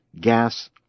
gas